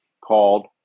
called